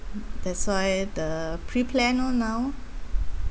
that's why the pre plan lor now